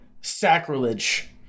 sacrilege